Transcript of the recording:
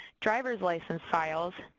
driver's license files,